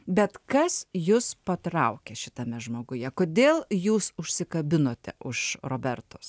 bet kas jus patraukė šitame žmoguje kodėl jūs užsikabinote už robertos